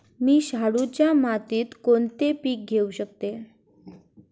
मी शाडूच्या मातीत कोणते पीक घेवू शकतो?